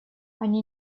они